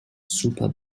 super